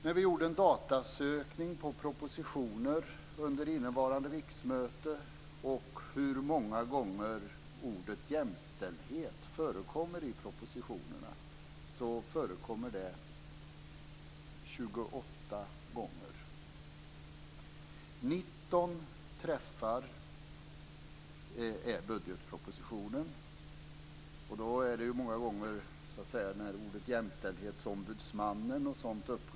När jag gjorde en datasökning på propositioner under innevarande riksmöte för att se hur många gånger ordet jämställdhet förekommer fann jag att det förekommer I bugetpropositionen fick jag 19 träffar, och då gäller det många gånger sammansättningar, t.ex. när ordet Jämställdhetsombudsmannen upprepas.